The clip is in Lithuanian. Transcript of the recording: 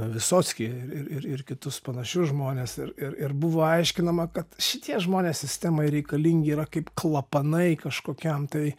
visockį ir ir ir kitus panašius žmones ir ir ir buvo aiškinama kad šitie žmonės sistemai reikalingi yra kaip klapanai kažkokiam tai